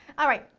alright,